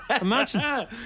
Imagine